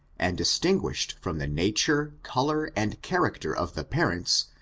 and distinguished from the nature, color, and character of the parents,